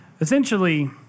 essentially